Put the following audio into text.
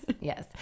yes